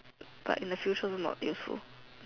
but in the future also not useful